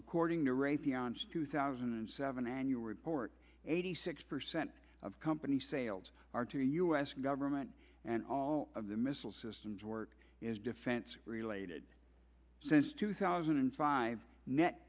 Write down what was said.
pianist two thousand and seven annual report eighty six percent of companies sales are to u s government and all of the missile systems work is defense related since two thousand and five net